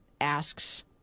asks